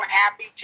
happy